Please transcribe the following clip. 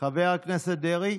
חבר הכנסת דרעי.